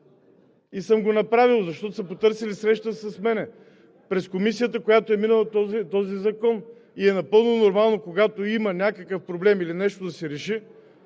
и съм го направил, защото са потърсили среща с мен, през Комисията, през която е минал този закон. И е напълно нормално, когато има някакъв проблем или нещо да се реши,